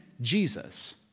Jesus